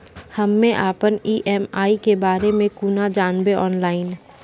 हम्मे अपन ई.एम.आई के बारे मे कूना जानबै, ऑनलाइन?